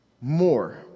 More